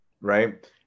right